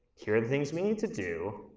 here are the things we need to do.